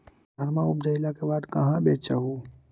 धनमा उपजाईला के बाद कहाँ बेच हू?